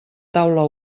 taula